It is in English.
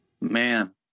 Man